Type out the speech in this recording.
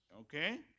Okay